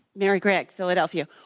mary greg, philadelphia.